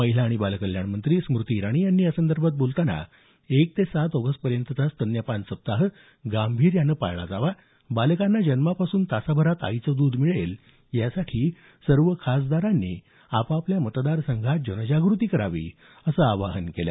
महिला आणि बाल कल्याण मंत्री स्मृती इराणी यांनी यासंदर्भात बोलताना एक ते सात ऑगस्टपर्यंतचा स्तन्यपान सप्ताह गांभीर्यानं पाळला जावा बालकांना जन्मापासून तासाभरात आईचं दूध मिळेल यासाठी सर्व खासदारांनी आपापल्या मतदार संघात जनजाग्रती करावी असं आवाहन केलं